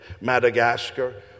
Madagascar